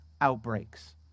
outbreaks